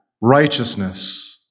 righteousness